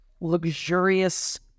luxurious